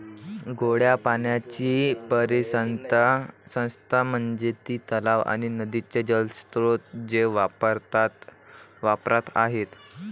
गोड्या पाण्याची परिसंस्था म्हणजे ती तलाव आणि नदीचे जलस्रोत जे वापरात आहेत